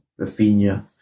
Rafinha